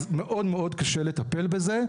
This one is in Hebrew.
אז מאוד קשה לטפל בזה.